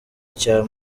cya